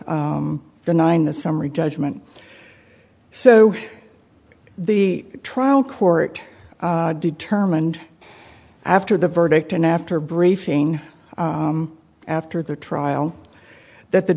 denying the summary judgment so the trial court determined after the verdict and after briefing after the trial that the